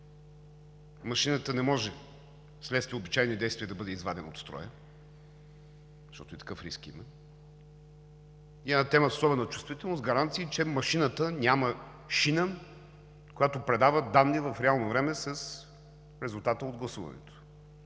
машината не може, вследствие обичайни действия, да бъде извадена от строя, защото и такъв риск има, е една тема с особена чувствителност – гаранции, че машината няма шина, която предава данни в реално време с резултата от гласуването,